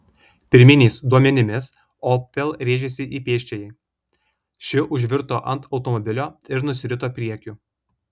pirminiais duomenimis opel rėžėsi į pėsčiąją ši užvirto ant automobilio ir nusirito priekiu